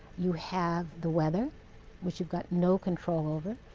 you have the weather which you've got no control over.